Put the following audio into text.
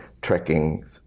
trekking